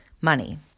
money